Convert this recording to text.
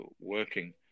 working